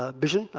ah vision,